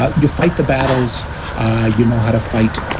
ah you fight the battles ah you know how to fight,